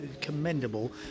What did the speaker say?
commendable